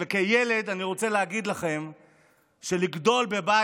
ואני רוצה להגיד לכם שלגדול כילד בבית